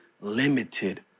limited